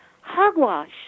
hogwash